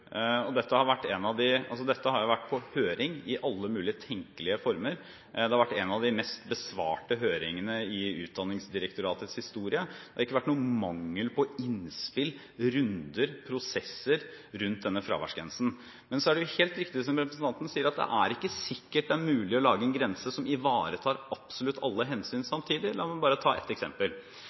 sektoren. Dette har vært på høring i alle mulig tenkelige former. Det har vært en av de mest besvarte høringene i Utdanningsdirektoratets historie. Det har ikke vært noen mangel på innspill, runder eller prosesser rundt denne fraværsgrensen. Men så er det helt riktig som representanten sier, at det ikke er sikkert at det er mulig å lage en grense som ivaretar absolutt alle hensyn samtidig. La meg bare ta ett eksempel: